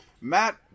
Matt